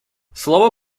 слово